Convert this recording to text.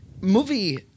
Movie –